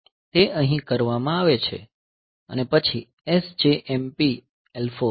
તે અહીં કરવામાં આવે છે અને પછી SJMP L4